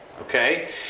Okay